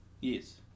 Yes